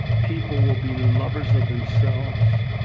people will be lovers of themselves,